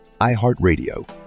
iHeartRadio